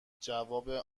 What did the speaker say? جواب